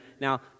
Now